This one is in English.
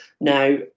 Now